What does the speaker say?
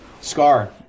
Scar